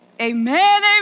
Amen